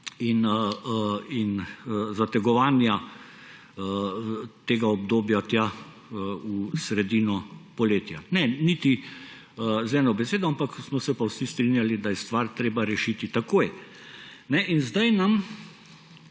in zategovanja tega obdobja tja v sredino poletja. Ne, niti z eno besedo, ampak smo se pa vsi strinjali, da je stvar treba rešiti takoj. In zdaj nam